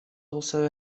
also